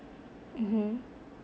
mmhmm